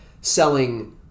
selling